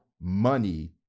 money